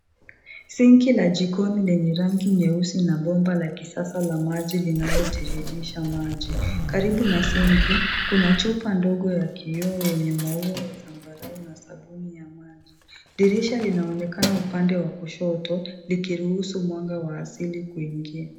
Sinki la jikoni lenye rangi nyeusi na bomba la kisasa la maji linalotiririsha maji. Karibu na sinki, kuna chupa ndogo ya kioo yenye maua ya zambarau na sabuni ya maji. Dirisha linaonekana upande wa kushoto likiruhusu mwanga wa asili kuingia.